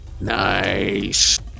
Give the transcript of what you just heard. Nice